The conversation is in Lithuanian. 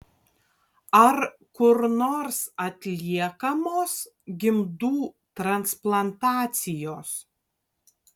ar kur nors atliekamos gimdų transplantacijos